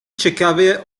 ciekawie